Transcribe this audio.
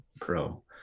pro